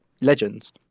legends